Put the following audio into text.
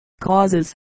Causes